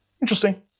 Interesting